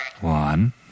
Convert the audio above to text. One